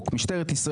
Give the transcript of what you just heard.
לא